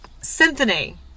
Symphony